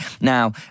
Now